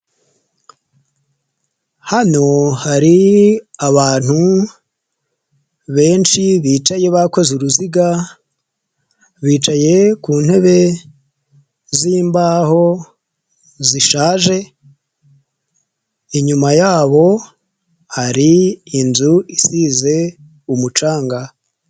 Hano hari abantu benshi bicaye bakoze uruziga, bicaye ku ntebe zimbaho zishaje inyuma yabo hari inzu isize umucanga.